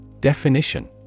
Definition